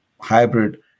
hybrid